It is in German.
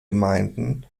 gemeinden